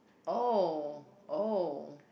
oh oh